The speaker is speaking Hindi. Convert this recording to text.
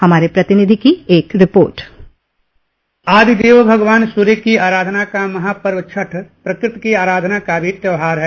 हमारे प्रतिनिधि की एक रिपोर्ट आदि देव भगवान सूर्य की आराधना का महापर्व छठ प्रकृति की आराधना का भी त्योहार है